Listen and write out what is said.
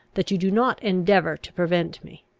that you do not endeavour to prevent me.